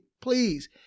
please